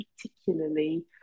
particularly